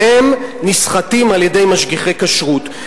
והם נסחטים על-ידי משגיחי כשרות.